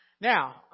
Now